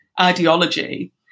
ideology